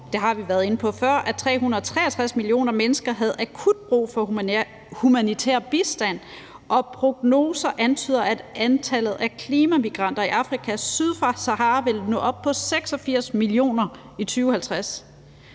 det har vi været inde på før, at 363 millioner mennesker havde akut brug for humanitær bistand, og prognoser antyder, at antallet af klimamigranter i Afrika syd for Sahara vil nå op på 86 millioner i 2050.